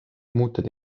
muutuda